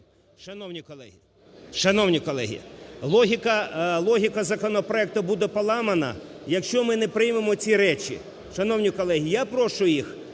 Шановні колеги, логіка законопроекту буде поламана, якщо ми не приймемо ці речі.